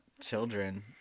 Children